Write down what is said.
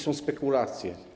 Są spekulacje.